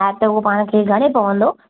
हा त उहो पाण खे घणे पवंदो